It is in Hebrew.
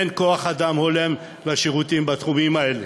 אין כוח-אדם הולם לשירותים בתחומים האלה,